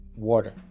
water